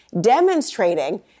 demonstrating